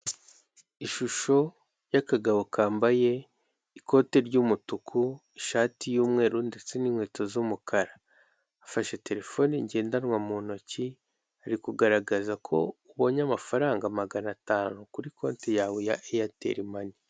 Ishusho y'akagabo kambaye ikote ry'umutuku, ishati y'umweru, ndetse n'inkweto z'umukara, afashe telefone ngendanwa mu ntoki ari kugaragaza ko ubonye amafaranga magana atanu kuri konti yawe ya eyateri mani.